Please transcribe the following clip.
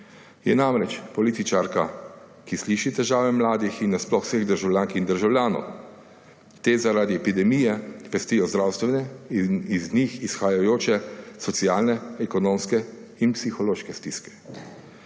Je namreč političarka, ki sliši težave mladih in nasploh vseh državljank in državljanov. Te zaradi epidemije pestijo zdravstvene in iz njih izhajajoče socialne, ekonomske in psihološke stiske.